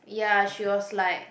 ya she was like